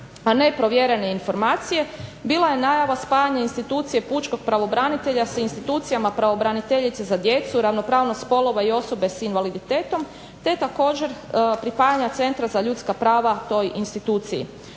a ne provjerene informacija bila je najava spajanja institucije pučkog pravobranitelja s institucijama pravobraniteljice za djecu, ravnopravnost spolova i osobe s invaliditetom te također pripajanja centra za ljudska prava toj instituciji.